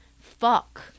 fuck